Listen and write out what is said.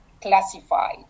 classified